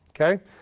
Okay